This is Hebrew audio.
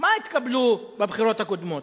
התקבל בבחירות הקודמות?